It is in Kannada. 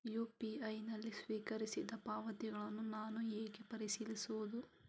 ಯು.ಪಿ.ಐ ನಲ್ಲಿ ಸ್ವೀಕರಿಸಿದ ಪಾವತಿಗಳನ್ನು ನಾನು ಹೇಗೆ ಪರಿಶೀಲಿಸುವುದು?